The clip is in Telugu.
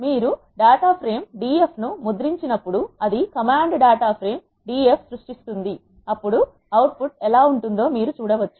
మీరు డేటా ఫ్రేమ్ d f ను ముద్రించినప్పుడు అది కమాండ్ డేటా ఫ్రేమ్ df సృష్టిస్తుంది అప్పుడు అవుట్ ఫుట్ ఎలా ఉంటుందో మీరు చూడవచ్చు